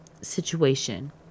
situation